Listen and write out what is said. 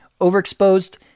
Overexposed